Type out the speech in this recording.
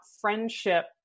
friendship